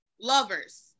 lovers